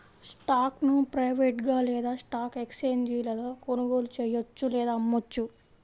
స్టాక్ను ప్రైవేట్గా లేదా స్టాక్ ఎక్స్ఛేంజీలలో కొనుగోలు చెయ్యొచ్చు లేదా అమ్మొచ్చు